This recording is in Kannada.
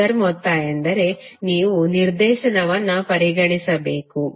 ಫಾಸರ್ ಮೊತ್ತ ಎಂದರೆ ನೀವು ನಿರ್ದೇಶನವನ್ನು ಪರಿಗಣಿಸಬೇಕು